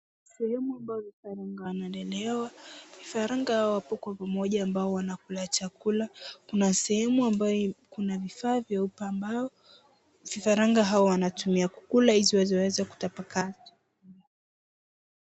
Sehemu ambayo vifaranga wanalelewa. Vifaranga hawa wapo kwa pamoja ambao wanakula chakula. Kuna sehemu ambayo kuna vifaa vya upambao. Vifaranga hao wanatumia kukula ili isiweze kutapakaa.